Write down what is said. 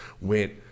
went